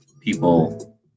people